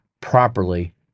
properly